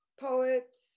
poets